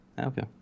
Okay